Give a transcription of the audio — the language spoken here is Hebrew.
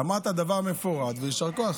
אמרת דבר מפורט ויישר כוח.